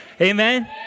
Amen